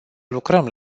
lucrăm